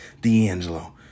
D'Angelo